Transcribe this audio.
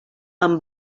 amb